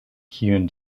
kiujn